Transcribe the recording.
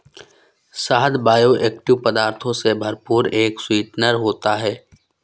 शहद बायोएक्टिव पदार्थों से भरपूर एक स्वीटनर होता है